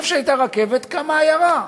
איפה שהייתה רכבת, קמה עיירה.